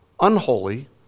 unholy